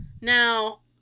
Now